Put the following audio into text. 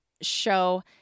show